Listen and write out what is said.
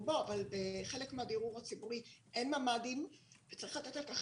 ובחלק מהדיור הציבורי אין ממ"דים וצריך לתת על כך